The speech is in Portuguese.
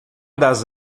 das